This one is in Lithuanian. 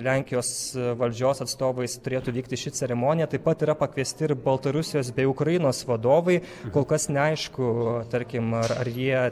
lenkijos valdžios atstovais turėtų vykti ši ceremonija taip pat yra pakviesti ir baltarusijos bei ukrainos vadovai kol kas neaišku tarkim ar ar jie